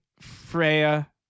Freya